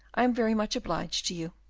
i'm very much obliged to you.